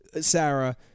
Sarah